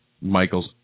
Michaels